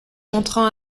montrant